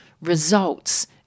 results